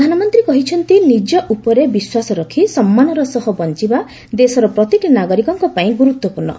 ପ୍ରଧାନମନ୍ତ୍ରୀ କହିଛନ୍ତି ନିକ ଉପରେ ବିଶ୍ୱାସ ରଖି ସମ୍ମାନର ସହ ବଞ୍ଚବା ଦେଶର ପ୍ରତିଟି ନାଗରିକପାଇଁ ଗୁରୁତ୍ୱପୂର୍ଣ୍ଣ